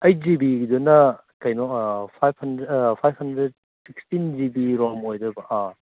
eight ꯖꯤꯕꯤꯒꯤꯗꯨꯅ ꯀꯩꯅꯣ five hundred sixteen GB ROM ꯑꯣꯏꯗꯣꯏꯕ ꯑꯥ